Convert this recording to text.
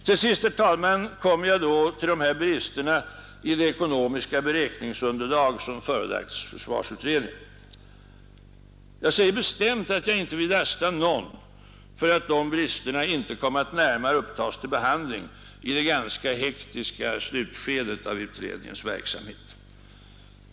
Till sist, herr talman, kommer jag till bristerna i det ekonomiska beräkningsunderlag som förelagts försvarsutredningen. Jag säger bestämt att jag inte vill lasta någon för att de bristerna inte kom att upptas till närmare behandling i det ganska hektiska slutskedet av utredningens verksamhet.